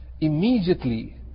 Immediately